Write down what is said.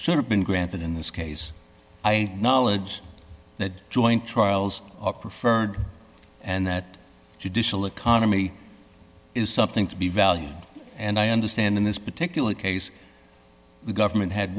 should have been granted in this case i knowledge that joint trials are preferred and that judicial economy is something to be valued and i understand in this particular case the government had